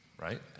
Right